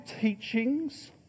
teachings